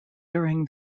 during